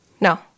No